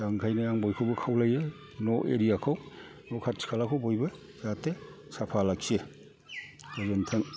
दा ओंखायनो आं बयखौबो खावलायो न' एरिया खौ न' खाथि खालाखौ बयबो जाहाथे साफा लाखियो गोजोन्थों